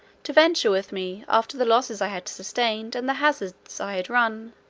to venture with me, after the losses i had sustained, and the hazards i had run?